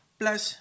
plus